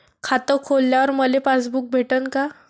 खातं खोलल्यावर मले पासबुक भेटन का?